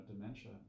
dementia